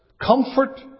comfort